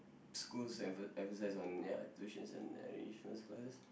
schools empha~ emphasise on their tuitions and enrichment classes